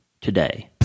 today